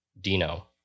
Dino